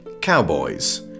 Cowboys